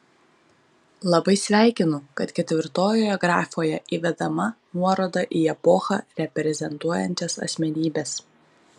labai sveikinu kad ketvirtojoje grafoje įvedama nuoroda į epochą reprezentuojančias asmenybes